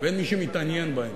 ואין מי שמתעניין בהם,